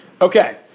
Okay